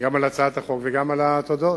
גם על הצעת החוק וגם על התודות.